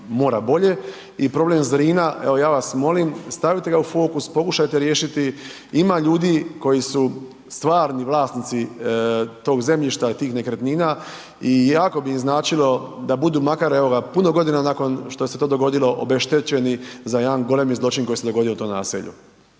i problem Zrina, evo, ja vas molim, stavite ga u fokus, pokušajte riješiti. Ima ljudi koji su stvarni vlasnici tog zemljišta, tih nekretnina i jako bi im značilo da budu makar evo ga, puno godina nakon što se to dogodilo obeštećeni za jedan golemi zločin koji se dogodio u tom naselju.